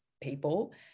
people